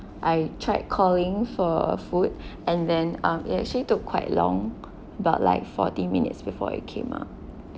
I tried calling for a food and then um it actually took quite long but like forty minutes before it came up